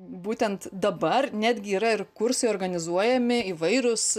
būtent dabar netgi yra ir kursai organizuojami įvairūs